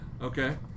Okay